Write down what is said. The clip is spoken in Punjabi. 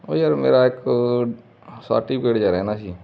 ਓ ਯਾਰ ਮੇਰਾ ਇੱਕ ਸਰਟੀਫਿਕੇਟ ਜਿਹਾ ਰਹਿੰਦਾ ਸੀ